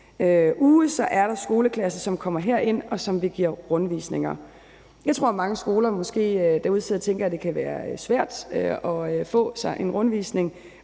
uge er der skoleklasser, som kommer herind, og som vi giver rundvisninger. Jeg tror, mange skoler måske sidder derude og tænker, at det kan være svært at få sig en rundvisning,